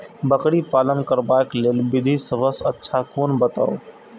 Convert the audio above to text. बकरी पालन करबाक लेल विधि सबसँ अच्छा कोन बताउ?